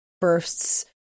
bursts